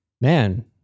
man